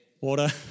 Water